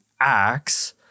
acts